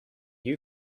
you